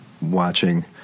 watching